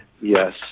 Yes